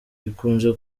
ikunze